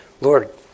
Lord